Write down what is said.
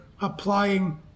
applying